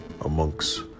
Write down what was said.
amongst